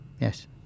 Yes